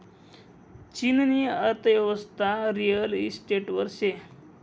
चीननी अर्थयेवस्था रिअल इशटेटवर शे